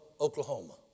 Oklahoma